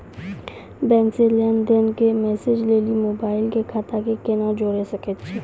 Bank से लेंन देंन के मैसेज लेली मोबाइल के खाता के केना जोड़े सकय छियै?